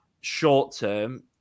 short-term